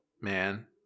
man